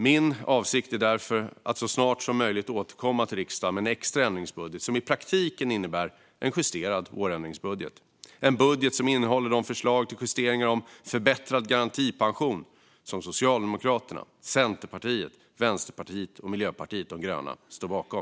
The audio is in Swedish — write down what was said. Min avsikt är därför att så snart som möjligt återkomma till riksdagen med en extra ändringsbudget, som i praktiken innebär en justerad vårändringsbudget. Det är en budget som innehåller de förslag till justeringar om förbättrad garantipension som Socialdemokraterna, Centerpartiet, Vänsterpartiet och Miljöpartiet de gröna står bakom.